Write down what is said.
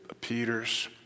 Peters